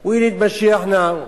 now, We need mashiach now .